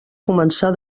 començar